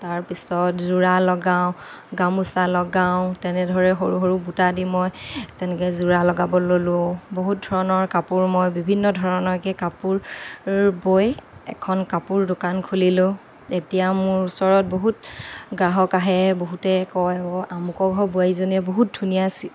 তাৰপিছত যোৰা লগাওঁ গামোচা লগাওঁ তেনেদৰে সৰু সৰু বুটা দি মই তেনেকৈ যোৰা লগাব ল'লো বহুত ধৰণৰ কাপোৰ মই বিভিন্ন ধৰণৰকে কাপোৰ বৈ এখন কাপোৰ দোকান খুলিলো এতিয়া মোৰ ওচৰত বহুত গ্ৰাহক আহে বহুতে কৈ অঁ আমুকৰ ঘৰৰ বোৱাৰীজনী বহুত ধুনীয়া